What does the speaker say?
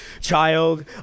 child